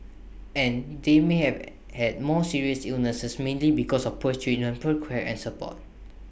and they may have had more serious illnesses mainly because of poor treatment poor care and support